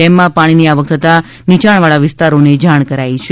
ડેમમાં પાણીની આવક થતાં નીયાણવાળા વિસ્તારોને જાણ કરાઇ છે